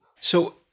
So-